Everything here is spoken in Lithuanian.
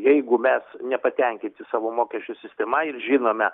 jeigu mes nepatenkinti savo mokesčių sistema ir žinome